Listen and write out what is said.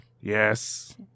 Yes